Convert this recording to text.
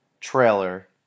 trailer